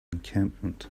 encampment